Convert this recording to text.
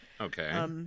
Okay